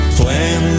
plan